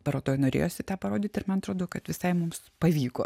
parodoj norėjosi tą parodyt ir man atrodo kad visai mums pavyko